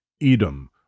Edom